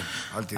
כן, אל תדאג.